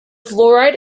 fluoride